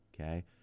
Okay